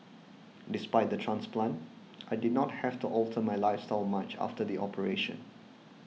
despite the transplant I did not have to alter my lifestyle much after the operation